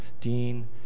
Dean